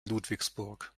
ludwigsburg